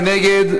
מי נגד?